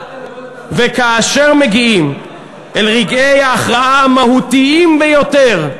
וכאשר מגיעים אל רגעי ההכרעה המהותיים ביותר,